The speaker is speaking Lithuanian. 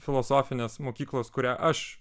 filosofinės mokyklos kurią aš